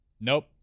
nope